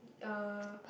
uh